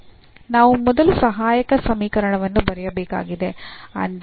ನಾವು ಮೊದಲು ಸಹಾಯಕ ಸಮೀಕರಣವನ್ನು ಬರೆಯಬೇಕಾಗಿದೆ ಅಂದರೆ ಈ